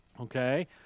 Okay